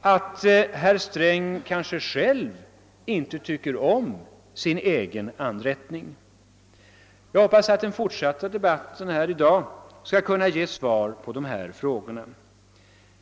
att herr Sträng själv inte tycker om sin egen anrättning? Jag hoppas att den fortsatta debatten här i dag skall kunna ge svar på dessa frågor.